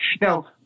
Now